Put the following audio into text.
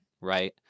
right